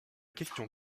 question